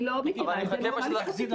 אני יכולה לבדוק את זה.